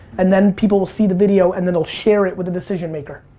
and then, people will see the video and then they'll share it with the decision maker.